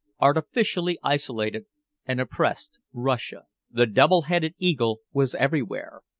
artificially isolated and oppressed russia. the double-headed eagle was everywhere,